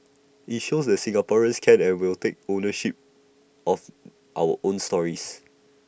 IT shows that Singaporeans can and will take ownership of our own stories